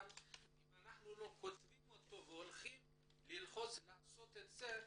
אבל אם אנחנו לא כותבים והולכים ללחוץ לעשות את זה,